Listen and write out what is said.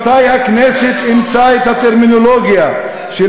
מתי הכנסת אימצה את הטרמינולוגיה של